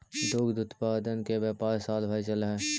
दुग्ध उत्पादन के व्यापार साल भर चलऽ हई